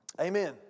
Amen